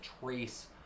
trace